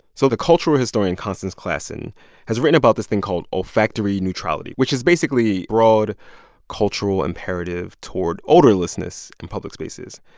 so the cultural historian constance classen has written about this thing called olfactory neutrality, which is, basically, broad cultural imperative toward odorlessness in public spaces.